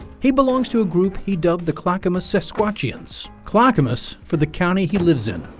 he belongs to a group he dubs the clackamas sasquatchians. clackamas for the county he lives in.